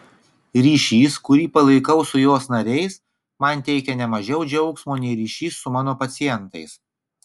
ryšys kurį palaikau su jos nariais man teikia ne mažiau džiaugsmo nei ryšys su mano pacientais